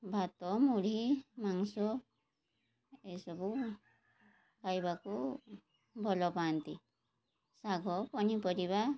ଭାତ ମୁଢ଼ି ମାଂସ ଏସବୁ ଖାଇବାକୁ ଭଲ ପାଆନ୍ତି ଶାଗ ପନିପରିବା